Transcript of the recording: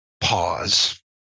pause